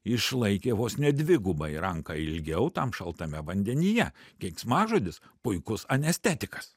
išlaikė vos ne dvigubai ranką ilgiau tam šaltame vandenyje keiksmažodis puikus anestetikas